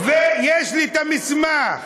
יש לי את המסמך.